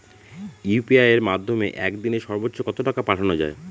UPI এর মাধ্যমে এক দিনে সর্বচ্চ কত টাকা পাঠানো যায়?